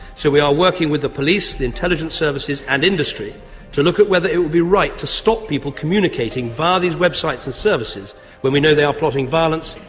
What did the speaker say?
so we are working with the police, the intelligence services and industry to look at whether it would be right to stop people communicating via these websites and services when we know they are plotting violence,